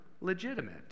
legitimate